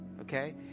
okay